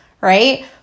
right